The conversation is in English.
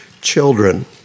children